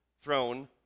throne